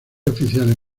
oficiales